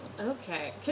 Okay